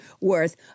worth